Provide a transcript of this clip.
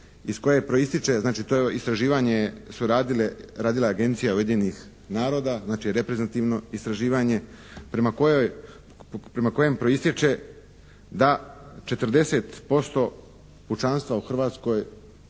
iz koje proističe, znači to je istraživanje su radile, radila je Agencija Ujedinjenih naroda, znači reprezantivno istraživanje prema kojem proistječe da 40% pučanstva u Hrvatskoj